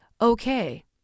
okay